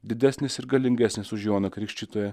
didesnis ir galingesnis už joną krikštytoją